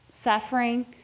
suffering